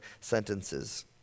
sentences